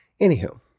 Anywho